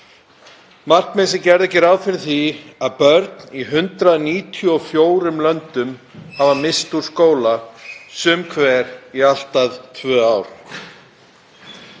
markmið sem gerðu ekki ráð fyrir því að börn í 194 löndum misstu úr skóla, sum hver í allt að tvö ár.